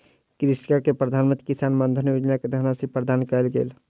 कृषक के प्रधान मंत्री किसान मानधन योजना सॅ धनराशि प्रदान कयल गेल